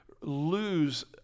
lose